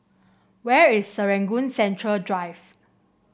where is Serangoon Central Drive